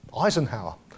Eisenhower